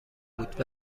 بود